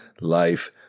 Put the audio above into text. Life